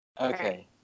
Okay